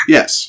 Yes